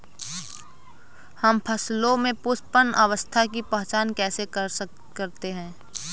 हम फसलों में पुष्पन अवस्था की पहचान कैसे करते हैं?